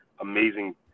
amazing